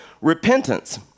repentance